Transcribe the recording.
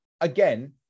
again